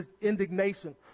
indignation